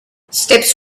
steps